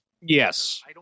Yes